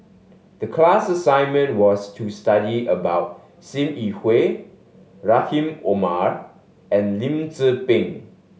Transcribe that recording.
the class assignment was to study about Sim Yi Hui Rahim Omar and Lim Tze Peng